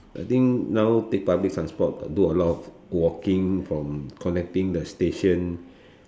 I think now take public transport got do a lot of walking from connecting the station